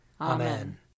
Amen